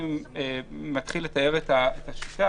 כי אם הוא יצליח,